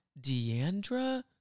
Deandra